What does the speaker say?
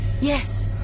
Yes